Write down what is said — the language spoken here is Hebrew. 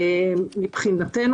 מבחינתנו,